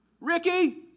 Ricky